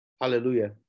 hallelujah